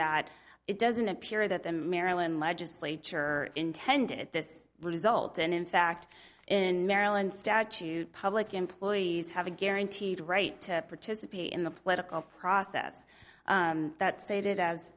that it doesn't appear that the maryland legislature intended at this result and in fact in maryland statute public employees have a guaranteed right to participate in the political process that stated as